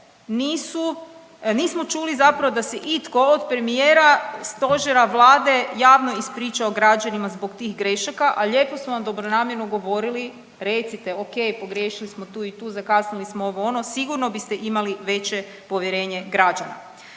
nismo čuli zapravo da se itko od premijera, Stožera, Vlade javno ispričao građanima zbog tih grešaka, a lijepo smo vam dobronamjerno govorili recite, ok, pogriješili smo tu i tu, zakasnili smo ovo ono, sigurno biste imali veće povjerenje građana.